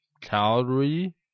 Calgary